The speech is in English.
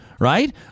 Right